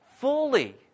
Fully